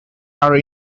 are